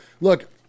look